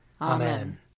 Amen